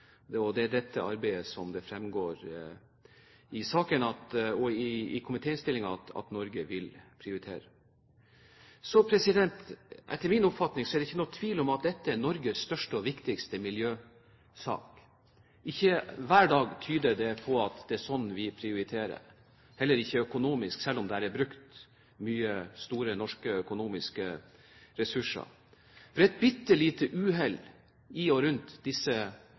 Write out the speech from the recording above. Det er også dette arbeidet som det fremgår av komitéinnstillingen at Norge vil prioritere. Etter min oppfatning er det ikke noen tvil om at dette er Norges største og viktigste miljøsak. Det tyder ikke alltid på at det er sånn vi prioriterer, heller ikke økonomisk, selv om det er brukt store norske økonomiske ressurser. Bare et bitte lite uhell i og rundt disse